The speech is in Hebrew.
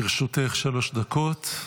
לרשותך שלוש דקות,